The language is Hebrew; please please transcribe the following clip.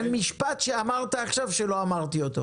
אין משפט שאמרת עכשיו שלא אמרתי אותו.